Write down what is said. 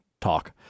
talk